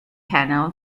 canal